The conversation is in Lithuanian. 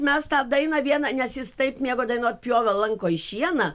mes tą dainą vieną nes jis taip mėgo dainuot pjoviau lankoj šieną